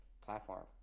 platform